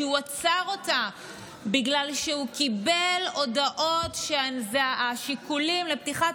שהוא עצר אותה בגלל שהוא קיבל הודעות שהשיקולים לפתיחת